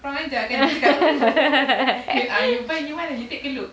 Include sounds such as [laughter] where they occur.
[laughs]